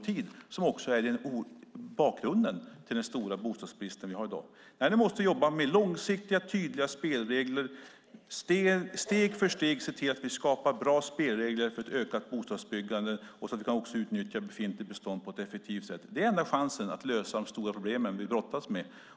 Den är också bakgrunden till den stora bostadsbrist vi har i dag. Vi måste jobba med långsiktiga tydliga spelregler och steg för steg se till att vi skapar bra spelregler för ett ökat bostadsbyggande och för att utnyttja befintligt bestånd på ett effektivt sätt. Det är enda chansen att lösa de stora problem vi brottas med.